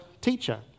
teacher